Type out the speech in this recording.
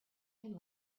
can